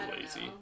lazy